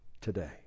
today